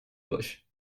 bush